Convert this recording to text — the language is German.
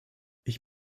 ich